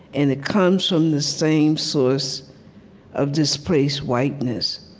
and it comes from the same source of displaced whiteness.